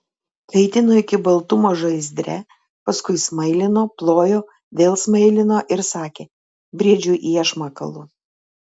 kaitino iki baltumo žaizdre paskui smailino plojo vėl smailino ir sakė briedžiui iešmą kalu